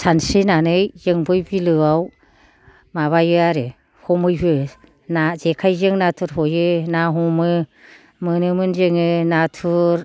सानस्रिनानै जों बै बिलोयाव माबायो आरो हमहैयो ना जेखाइजों नाथुर हयो ना हमो मोनोमोन जोङो नाथुर